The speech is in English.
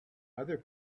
other